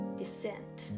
descent